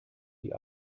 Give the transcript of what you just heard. die